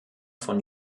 von